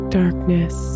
darkness